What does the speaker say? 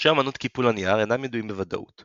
שורשי אמנות קיפול הנייר אינם ידועים בוודאות.